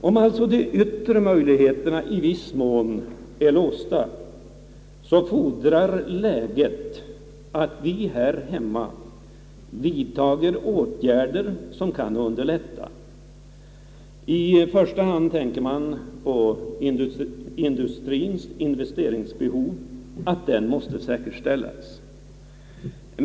Om alltså de yttre möjligheterna i viss mån är låsta, fordrar läget att vi här hemma vidtar åtgärder som kan underlätta. I första hand tänker man på att industriens investeringsbehov måste säkerställas.